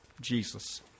Jesus